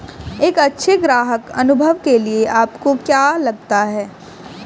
एक अच्छे ग्राहक अनुभव के लिए आपको क्या लगता है?